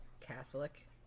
Catholic